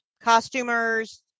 costumers